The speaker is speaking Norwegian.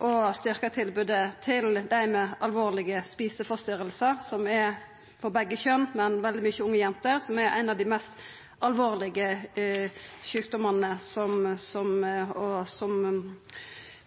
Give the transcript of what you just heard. å styrkja tilbodet til dei med alvorlege spiseforstyrringar, som gjeld begge kjønn, men veldig mange unge jenter har det – ein av dei mest alvorlege sjukdommane som er.